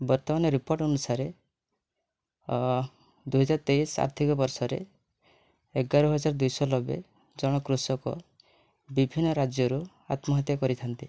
ବର୍ତ୍ତମାନ ରିପୋର୍ଟ ଅନୁସାରେ ଦୁଇ ହଜାର ତେଇଶି ଆର୍ଥିକ ବର୍ଷରେ ଏଗାର ହଜାର ଦୁଇଶହ ନବେ ଜଣ କୃଷକ ବିଭିନ୍ନ ରାଜ୍ୟରୁ ଆତ୍ମହତ୍ୟା କରିଥାନ୍ତି